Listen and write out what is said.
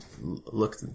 look